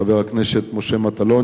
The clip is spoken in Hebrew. חבר הכנסת משה מטלון,